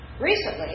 Recently